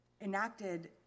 enacted